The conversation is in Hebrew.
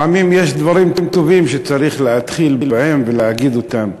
לפעמים יש דברים טובים שצריך להתחיל בהם ולהגיד אותם.